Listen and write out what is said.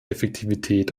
effektivität